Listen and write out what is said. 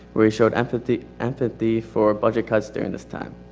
where he showed empathy, empathy for budget cuts during this time.